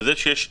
זה שיש עיכוב,